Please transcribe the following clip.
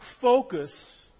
focus